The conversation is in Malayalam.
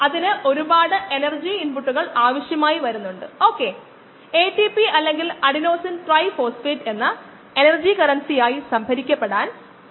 അതിനാൽ നമുക്ക് ഉചിതമായ ഒരു നിയന്ത്രണം ആവശ്യമാണ് അതിലൂടെ നമുക്ക് ലവണങ്ങൾ സബ്സ്ട്രേറ്റ് എന്നിവയുടെ മാസ്സ് കണക്കാക്കാം അങ്ങനെ OD അളക്കുമ്പോൾ നാം കണക്കിലെടുക്കേണ്ടതുണ്ട്